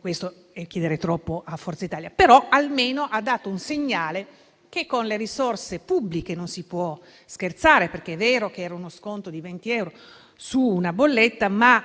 questo è chiedere troppo a Forza Italia. Però almeno ha dato un segnale del fatto che con le risorse pubbliche non si può scherzare. È vero che era uno sconto di 20 euro su una bolletta, ma